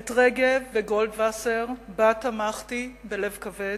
את רגב וגולדווסר, בה תמכתי בלב כבד.